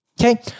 Okay